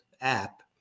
app